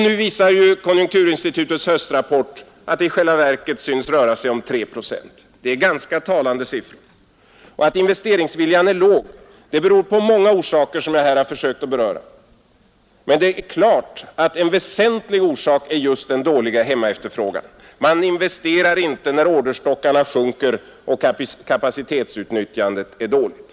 Nu visar konjunkturinstitutets höstrapport att det i själva verket synes röra sig om 3 procent. Det är ganska talande siffror. Att investeringsviljan är låg beror på många omständigheter som jag här har försökt beröra. Men det är klart att en väsentlig orsak är just den dåliga hemmaefterfrågan; man investerar inte när orderstockarna sjunker och kapacitetsutnyttjandet är dåligt.